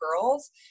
girls